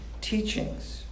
teachings